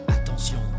Attention